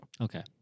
Okay